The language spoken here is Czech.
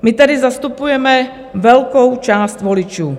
My tady zastupujeme velkou část voličů.